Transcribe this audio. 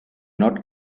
not